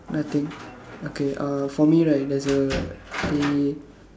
nothing okay uh for me right there's a they